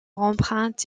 empreinte